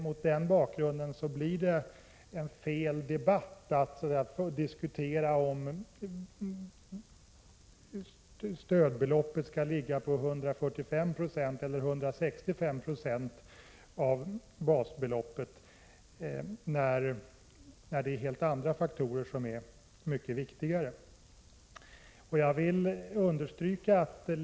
Mot den bakgrunden blir det fel debatt som förs om man diskuterar om stödbeloppet skall ligga på 145 96 eller 165 90 av basbeloppet; helt andra faktorer är mycket viktigare.